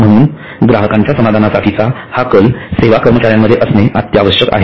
म्हणून ग्राहकांच्या समाधानासाठीचा हा कल सेवा कर्मचा्यांमध्ये असणे अत्यावश्यक आहे